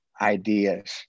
ideas